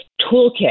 toolkit